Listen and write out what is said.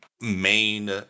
main